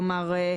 כלומר,